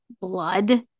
blood